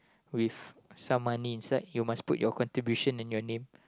with some money inside you must put your contribution and your name